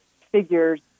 figures